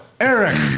Eric